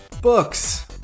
books